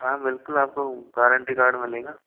हाँ बिलकुल आपको गारेंटी कार्ड मिलेगा